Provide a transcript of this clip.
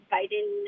Biden